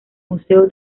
museo